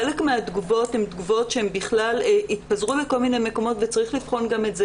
חלק מהתגובות הן תגובות שהתפזרו לכל מיני מקומות וצריך לבחון גם את זה.